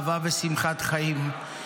אהבה ושמחת חיים.